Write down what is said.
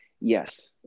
Yes